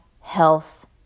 health